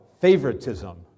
favoritism